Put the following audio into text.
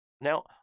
Now